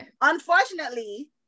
Unfortunately